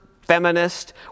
feminist